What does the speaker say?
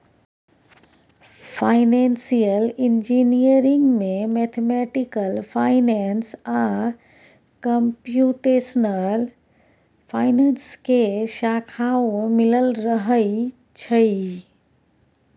financial engineering में mathematical finance आ computational finance के शाखाओं मिलल रहइ छइ